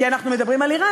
כי אנחנו מדברים על איראן,